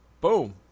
Boom